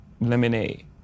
Lemonade